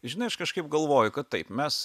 žinai aš kažkaip galvoju kad taip mes